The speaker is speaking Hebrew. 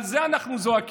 על זה אנחנו זועקים,